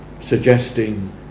suggesting